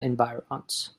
environs